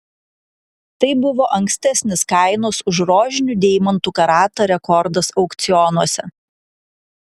tai buvo ankstesnis kainos už rožinių deimantų karatą rekordas aukcionuose